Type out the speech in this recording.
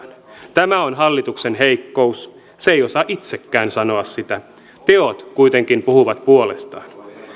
tämä on hallituksen heikkous se ei osaa itsekään sanoa sitä teot kuitenkin puhuvat puolestaan